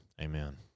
Amen